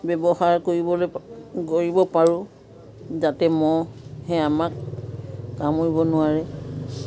ব্যৱহাৰ কৰিব লাগিব কৰিব পাৰোঁ যাতে মহে আমাক কামুৰিব নোৱাৰে